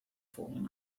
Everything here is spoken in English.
fallen